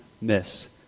miss